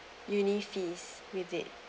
uni fees with it